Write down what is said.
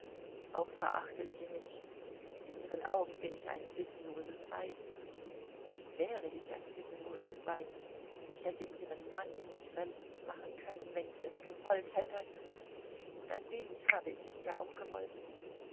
auch verachtet sie mich in ihren augen bin ich ein sittenloses weib wäre ich ein sittenloses weib ich hätte ihren mann in mich verliebt machen können wenn ich es gewollt hätte und ein wenig habe ich es ja auch gewollt